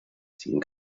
ziehen